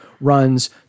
runs